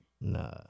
Nah